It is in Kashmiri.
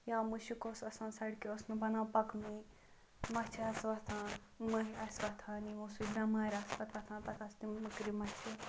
یا مشک اوس آسان سَڑکہِ اوس نہٕ بَنان پَکنُے مَچھِ آسہِ وۄتھان مٔہہ آسہِ وۄتان یِمو سۭتۍ بیٚمارِ آسہِ پَتہٕ وۄتھان پَتہٕ آسہِ تِم مٔکرِ مَچھِ